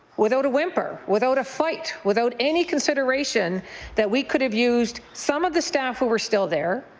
without a whimper, without a fight, without any consideration that we could have used some of the staff who were still there,